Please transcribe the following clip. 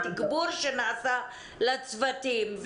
התגבור שנעשה לצוותים,